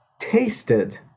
tasted